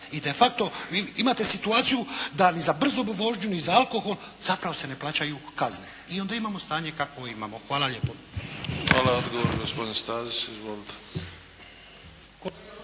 I defacto vi imate situaciju da ni za brzu vožnju ni za alkohol zapravo se ne plaćaju kazne. I onda imamo stanje kakvo imamo. Hvala lijepo. **Bebić, Luka (HDZ)** Hvala. Odgovor gospodin Stazić, izvolite.